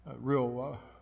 real